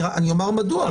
אני אומר מדוע,